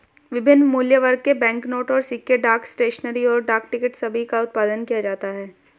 विभिन्न मूल्यवर्ग के बैंकनोट और सिक्के, डाक स्टेशनरी, और डाक टिकट सभी का उत्पादन किया जाता है